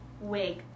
wig